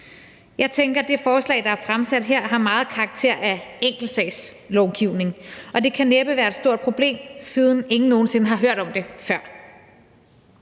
Jeg tænker, at det forslag, der er fremsat her, har meget karakter af enkeltsagslovgivning, og det kan næppe være et stort problem, siden ingen nogen sinde har hørt om det før